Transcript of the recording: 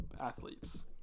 athletes